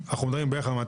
אנחנו מדברים על בערך 200,